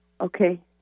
Okay